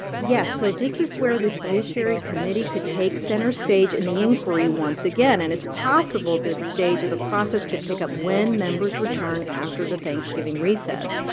yeah, so this is where the judiciary committee could take center stage in the inquiry once again, and it's possible this stage of the process could pick up when members return after the thanksgiving recess.